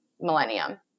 millennium